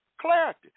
clarity